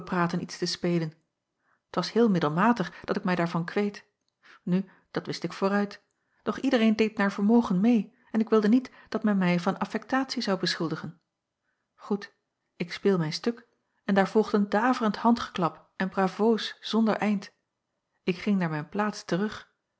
bepraten iets te spelen t was heel middelmatig dat ik mij daarvan kweet nu dat wist ik vooruit doch iedereen deed naar vermogen meê en ik wilde niet dat men mij van affectatie zou beschuldigen goed ik speel mijn stuk en daar volgt een daverend handgeklap en bravoos zonder eind ik ging naar mijn plaats terug